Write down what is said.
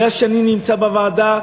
מאז שאני נמצא בוועדה,